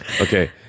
Okay